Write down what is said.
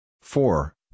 four